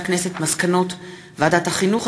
מסקנות ועדת החינוך,